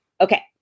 Okay